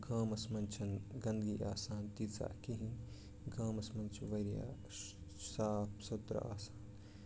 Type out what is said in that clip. گامَس منٛز چھنہٕ گِندگی آسان تیٖژاھ کِہیٖنۍ گامَس منٛز چھُ واریاہ صاف سُترٕ آسان